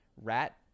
rat